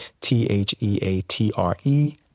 t-h-e-a-t-r-e